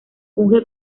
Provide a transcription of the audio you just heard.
funge